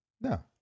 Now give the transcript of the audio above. No